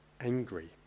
angry